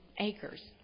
acres